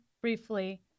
briefly